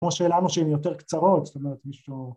‫כמו שלנו שהן יותר קצרות, ‫זאת אומרת מישהו...